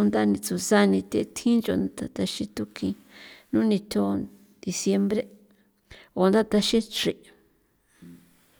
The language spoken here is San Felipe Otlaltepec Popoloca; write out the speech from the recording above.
unda ni tsusa ni thi thjin nchuta taxinthu kin nu nitjo diciembre unda taxin chrin.